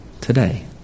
today